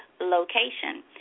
location